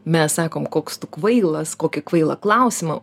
mes sakom koks tu kvailas kokį kvailą klausimą